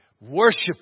Worship